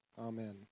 Amen